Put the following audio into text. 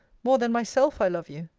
more than myself i love you!